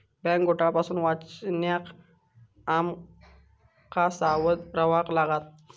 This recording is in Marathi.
बँक घोटाळा पासून वाचण्याक आम का सावध रव्हाचा लागात